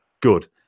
Good